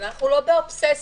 אנחנו לא באובססיה.